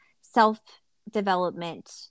self-development